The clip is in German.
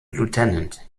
lieutenant